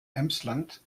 emsland